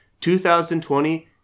2020